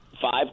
Five